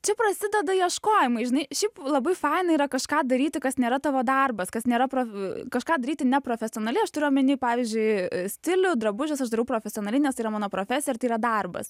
čia prasideda ieškojimai žinai šiaip labai fana yra kažką daryti kas nėra tavo darbas kas nėra prof kažką daryti neprofesionaliai aš turiu omeny pavyzdžiui stilių drabužius aš darau profesionaliai nes tai yra mano profesija tai yra darbas